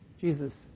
Jesus